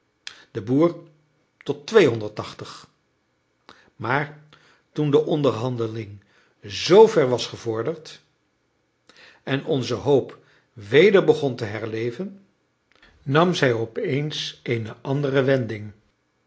de boer tot twee honderd tachtig maar toen de onderhandeling z ver was gevorderd en onze hoop weder begon te herleven nam zij opeens eene andere wending